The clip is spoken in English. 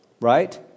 Right